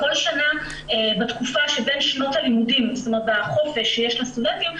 כל שנה בחופש שיש לסטודנטים,